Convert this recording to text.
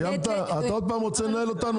אתה עוד פעם רוצה לנהל אותנו?